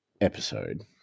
episode